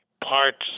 parts